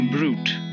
Brute